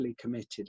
committed